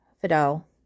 Fidel